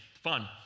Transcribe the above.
Fun